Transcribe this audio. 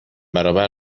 برابر